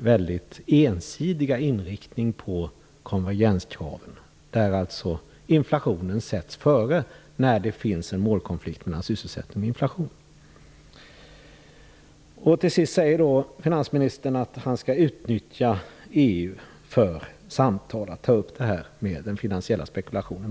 mycket ensidiga inriktningen på konvergenskraven å den andra. När det finns en målkonflikt mellan sysselsättning och inflation sätts inflationen före. Till sist säger finansministern att han skall utnyttja EU för att ta upp samtal om den ekonomiska spekulationen.